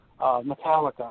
Metallica